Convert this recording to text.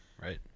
Right